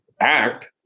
act